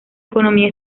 economía